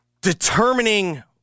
determining